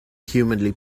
humanly